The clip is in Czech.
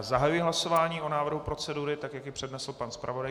Zahajuji hlasování o návrhu procedury, jak ji přednesl pan zpravodaj.